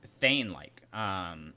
Thane-like